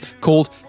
called